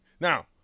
Now